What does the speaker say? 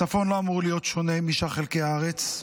הצפון לא אמור להיות שונה משאר חלקי הארץ.